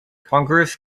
congress